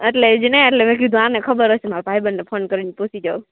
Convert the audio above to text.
અટલેજને એટલે મે કીધું આને ખબર હશે મારા ભાઈબંધને ફોન કરીન પૂછી જોઉ